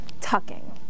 tucking